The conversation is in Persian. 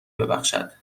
ببخشد